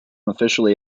officially